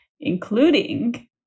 including